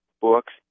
books